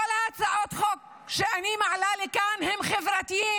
כל הצעות החוק שאני מעלה כאן הן חברתיות,